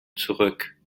zurück